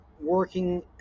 working